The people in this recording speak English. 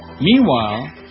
Meanwhile